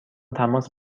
تماس